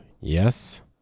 yes